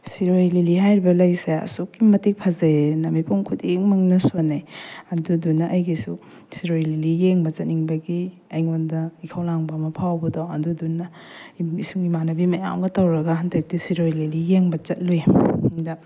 ꯁꯤꯔꯣꯏ ꯂꯤꯂꯤ ꯍꯥꯏꯔꯤꯕ ꯂꯩꯁꯦ ꯑꯁꯨꯛꯀꯤ ꯃꯇꯤꯛ ꯐꯖꯩꯑꯅ ꯃꯤꯄꯨꯝ ꯈꯨꯗꯤꯡꯃꯛꯅ ꯁꯣꯟꯅꯩ ꯑꯗꯨꯗꯨꯅ ꯑꯩꯒꯤꯁꯨ ꯁꯤꯔꯣꯏ ꯂꯤꯂꯤ ꯌꯦꯡꯕ ꯆꯠꯅꯤꯡꯕꯒꯤ ꯑꯩꯉꯣꯟꯗ ꯏꯈꯧ ꯂꯥꯡꯕ ꯑꯃ ꯐꯥꯎꯕꯗꯣ ꯑꯗꯨꯗꯨꯅ ꯏꯁꯨꯡ ꯏꯃꯥꯟꯅꯕꯤ ꯃꯌꯥꯝꯒ ꯇꯧꯔꯒ ꯍꯟꯗꯛꯇꯤ ꯁꯤꯔꯣꯏ ꯂꯤꯂꯤ ꯌꯦꯡꯕ ꯆꯠꯂꯨꯏ ꯑꯗ